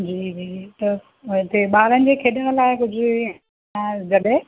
जी जी त हुते ॿारनि जे खेॾण लाइ कुझु अ जॻहि